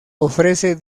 ofrece